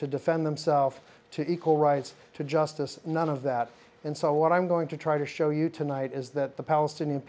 to defend themself to equal rights to justice none of that and so what i'm going to try to show you tonight is that the palestinian